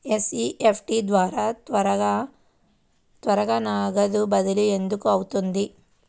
NEFT ద్వారా త్వరగా నగదు బదిలీ ఎందుకు అవుతుంది?